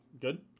good